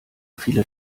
viele